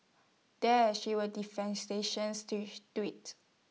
there she was tweeted